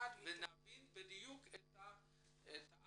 ביחד ונבין את הטענות.